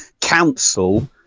Council